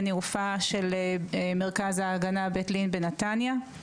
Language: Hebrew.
אני רופאה של מרכז ההגנה בית לין בנתניה.